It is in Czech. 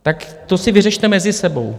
Tak to si vyřešte mezi sebou.